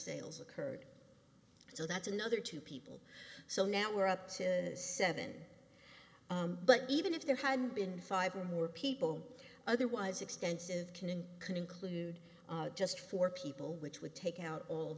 sales occurred so that's another two people so now we're up to seven but even if there had been five or more people otherwise extensive can conclude just for people which would take out all